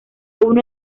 uno